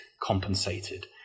compensated